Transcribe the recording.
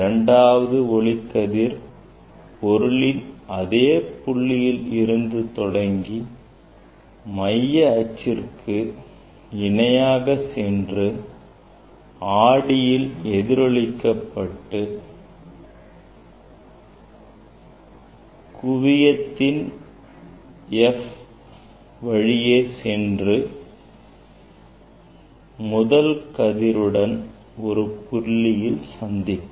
இரண்டாவது ஒளிக்கதிர் பொருளின் அதே புள்ளியில் இருந்து தொடங்கி மைய அச்சுக்கு இணையாக சென்று ஆடியில் எதிரொலிக்கப்பட்டு குவியதின் F வழியே சென்று முதல் கதிருடன் ஒரு புள்ளியில் சந்திக்கும்